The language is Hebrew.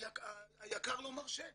היק"ר לא מרשה.